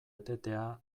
etetea